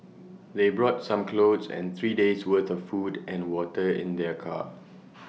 they brought some clothes and three days' worth of food and water in their car